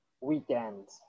weekend